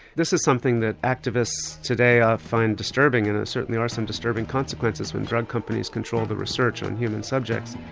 this is something that activists today ah find disturbing and there certainly are some disturbing consequences when drug companies control the research on human subjects.